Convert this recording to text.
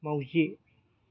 माउजि